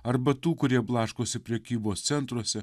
arba tų kurie blaškosi prekybos centruose